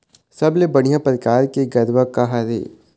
सबले बढ़िया परकार के गरवा का हर ये?